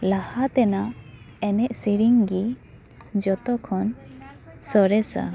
ᱞᱟᱦᱟ ᱛᱮᱱᱟᱜ ᱮᱱᱮᱡ ᱥᱤᱨᱤᱧ ᱜᱤ ᱡᱚᱛᱚ ᱠᱷᱚᱱ ᱥᱚᱨᱮᱥᱟ